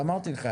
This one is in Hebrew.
אמרתי לך,